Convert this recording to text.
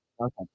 Okay